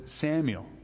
Samuel